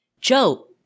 Joe